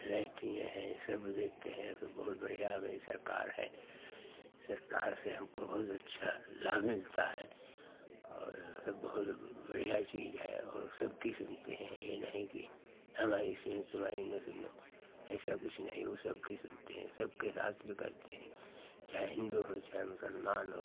latrine है सब देते हैं तो बहुत बढ़िया मेरी सरकार है सरकार से हमको बहुत अच्छा लाभ मिलता है और सब बहुत बढ़िया चीज़ है और सबकी सुनते हैं यह नहीं कि हमारी से सुनाई न सुनें ऐसा कुछ नहीं ऊ सबकी सुनते हैं सबके साथ में करते हैं चाहे हिन्दू हुए चाहे मुसलमान हो